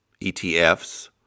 ETFs